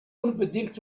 unbedingt